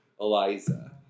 Eliza